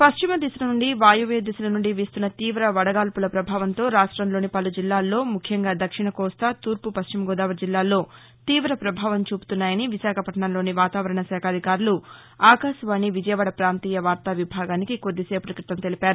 పశ్చిమ దిశ నుండి వాయువ్య దిశనుండి వీస్తున్న తీవ వడగాడ్పుల ప్రభావంతో రాష్టంలోని పలు జిల్లాలలో ముఖ్యంగా దక్షణ కోస్తా తూర్పు పశ్చిమ గోదావరి జిల్లాలలో తీవ ప్రభావం చూపుతున్నాయని విశాఖపట్నం లోని వాతావరణ శాఖ అధికారులు ఆకాశ వాణి విజయవాద్వపాంతీయ వార్తా విభాగానికి కొద్ది సేపటి క్రితం తెలిపారు